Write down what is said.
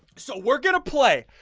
so we're gonna play.